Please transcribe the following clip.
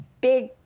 big